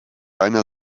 einer